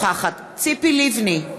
ציפי לבני,